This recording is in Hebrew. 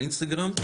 באינסטגרם.